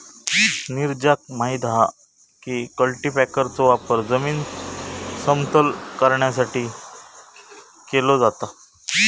नीरजाक माहित हा की कल्टीपॅकरचो वापर जमीन समतल करण्यासाठी केलो जाता